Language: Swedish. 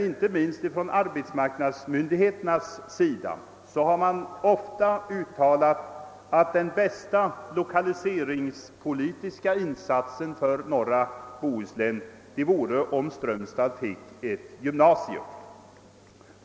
Inte minst = arbetsmarknadsmyndigheterna har ofta framhållit, att den bästa lokaliseringspolitiska insatsen för norra Bohuslän vore att låta Strömstad få ett gymnasium.